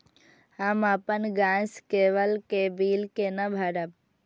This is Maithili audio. हम अपन गैस केवल के बिल केना भरब?